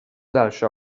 dalsze